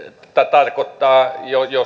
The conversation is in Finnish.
tarkoittaa